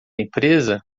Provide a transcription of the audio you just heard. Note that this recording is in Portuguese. empresa